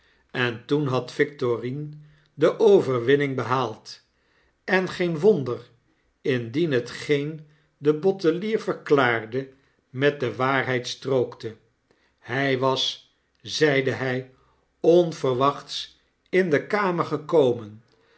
en toen had victorine de overwinning behaald en geen wonder indien hetgeen de bottelier verklaarde met de waarheid strookte hi was zeide hy onverwachts in dekamer gekomen